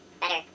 better